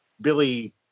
Billy